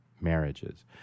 marriages